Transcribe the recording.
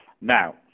Now